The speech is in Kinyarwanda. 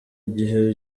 gihe